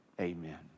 amen